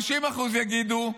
50% יגידו,